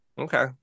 Okay